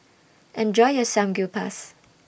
Enjoy your Samgyeopsal